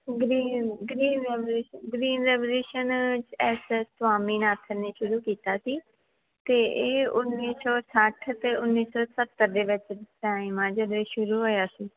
green green revolution green revolution S S Swaminathan ਨੇ ਸ਼ੁਰੂ ਕੀਤਾ ਸੀ ਅਤੇ ਇਹ ਉੱਨੀ ਸੌ ਸੱਠ ਅਤੇ ਉਨੀ ਸੌ ਸੱਤਰ ਦੇ ਵਿੱਚ ਟਾਈਮ ਆ ਜਦੋਂ ਇਹ ਸ਼ੁਰੂ ਹੋਇਆ ਸੀ